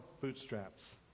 bootstraps